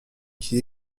qui